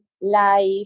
life